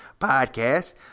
podcast